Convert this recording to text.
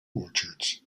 orchards